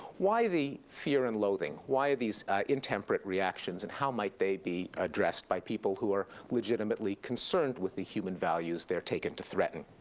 why the fear and loathing? why these intemperate reactions? and how might they be addressed by people who are legitimately concerned with the human values they are taking to threaten?